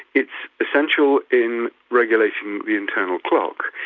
it's essential in regulating the internal clock,